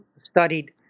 studied